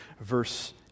verse